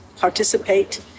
participate